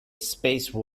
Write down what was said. space